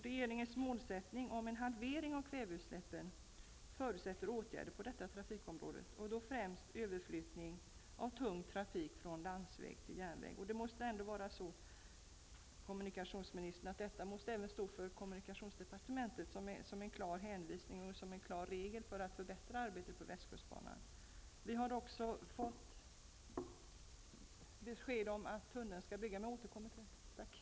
Regeringens målsättning om en halvering av kväveutsläppen förutsätter åtgärder inom detta trafikområde, främst överflyttning av tung trafik från landsväg till järnväg. Detta måste, kommunikationsministern, även för kommunikationsdepartementet vara en klar hänvisning och regel för att förbättra arbetet på västkustbanan. Vi har också fått besked om att det skall byggas en tunnel, men jag återkommer till detta.